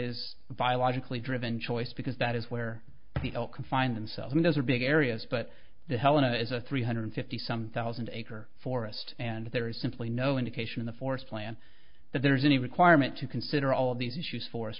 is biologically driven choice because that is where people can find themselves and those are big areas but the helena is a three hundred fifty some thousand acre forest and there is simply no indication of the forest plan that there's any requirement to consider all these issues forest